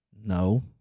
No